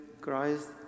Christ